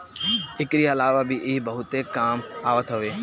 एकरी अलावा भी इ बहुते काम आवत हवे